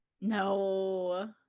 no